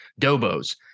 DOBOs